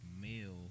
male